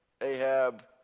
Ahab